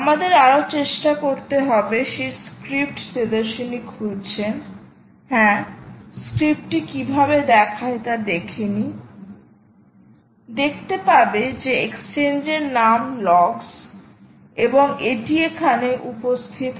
আমাদের আরও চেষ্টা করতে হবে সেই স্ক্রিপ্ট তেজস্বিনী খুলছেন হ্যাঁ স্ক্রিপ্টটি কীভাবে দেখায় তা দেখে নি দেখতে পাবে যে এক্সচেঞ্জের নাম লগস এবং এটি এখানে উপস্থিত হয়